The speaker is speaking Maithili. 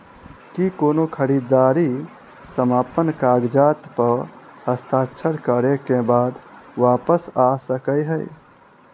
की कोनो खरीददारी समापन कागजात प हस्ताक्षर करे केँ बाद वापस आ सकै है?